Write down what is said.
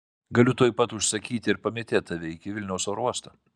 galiu tuoj pat užsakyti ir pamėtėt tave iki vilniaus oro uosto